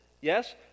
yes